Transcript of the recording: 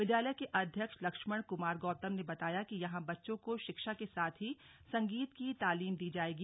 विद्यालय के अध्यक्ष लक्ष्मण कुमार गौतम ने बताया कि यहां बच्चों को शिक्षा के साथ ही संगीत की तालीम दी जाएगी